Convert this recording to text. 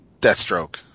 deathstroke